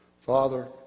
Father